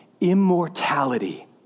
immortality